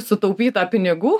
sutaupyta pinigų